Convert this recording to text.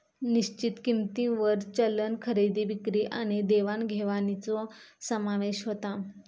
निश्चित किंमतींवर चलन खरेदी विक्री आणि देवाण घेवाणीचो समावेश होता